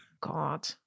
God